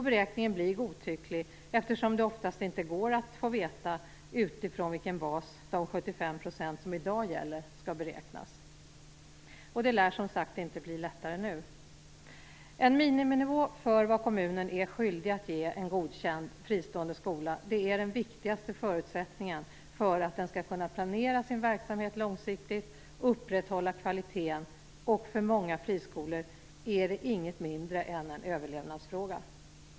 Beräkningen blir godtycklig, eftersom det oftast inte går att få veta utifrån vilken bas de 75 % som i dag gäller skall beräknas. Det lär som sagt inte bli lättare nu. En miniminivå för vad kommunen är skyldig att ge en godkänd fristående skola är den viktigaste förutsättningen för att skolan skall kunna planera sin verksamhet långsiktigt och upprätthålla kvaliteten, och för många friskolor är det inget mindre än en överlevnadsfråga.